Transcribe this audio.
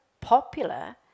popular